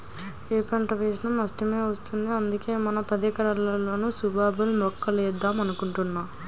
యే పంట వేసినా నష్టమే వత్తంది, అందుకే మన పదెకరాల్లోనూ సుబాబుల్ మొక్కలేద్దాం అనుకుంటున్నా